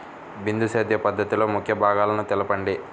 బిందు సేద్య పద్ధతిలో ముఖ్య భాగాలను తెలుపండి?